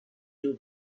you